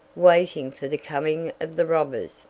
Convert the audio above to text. waiting for the coming of the robbers,